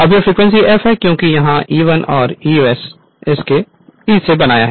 अब यह frequency f है क्योंकि यह E1 है इस E1 ने इसे बनाया है